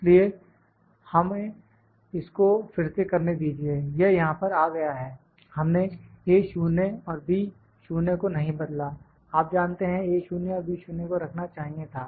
इसलिए हमें इसको फिर से करने दीजिए यह यहां पर आ गया है हमने A 0 और B 0 को नहीं बदला आप जानते हैं A 0 और B 0 को रखना चाहिए था